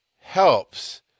helps